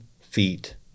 feet